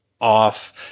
off